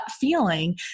feeling